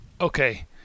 Okay